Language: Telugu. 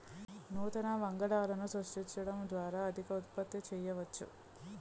నూతన వంగడాలను సృష్టించడం ద్వారా అధిక ఉత్పత్తి చేయవచ్చు